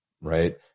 Right